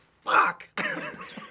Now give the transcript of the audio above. Fuck